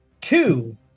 two